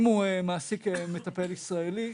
אם הוא מעסיק מטפל ישראלי,